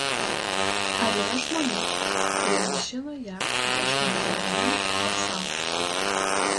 ar yra žmonių kurie mašinų jav ieško ne pardavimui o sau